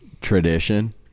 tradition